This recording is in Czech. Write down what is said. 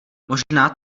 možná